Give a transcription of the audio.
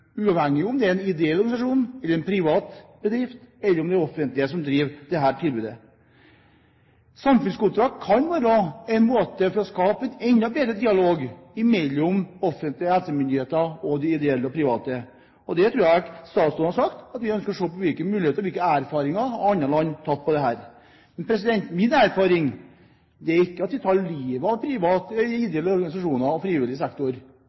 uavhengig av om det er en ideell organisasjon, en privat bedrift eller det offentlige som driver tilbudet. Samfunnskontrakt kan være en måte å skape en enda bedre dialog på mellom offentlige helsemyndigheter og de ideelle og private organisasjoner. Det tror jeg statsråden har sagt, at man ønsker å se på mulighetene, og også på hvilke erfaringer andre land har på dette området. Min erfaring er ikke at vi tar livet av ideelle organisasjoner og frivillig sektor.